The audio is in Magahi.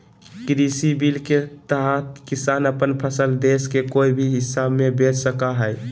कृषि बिल के तहत किसान अपन फसल देश के कोय भी हिस्सा में बेच सका हइ